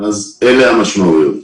אז אלה המשמעויות.